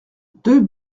deux